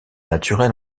naturel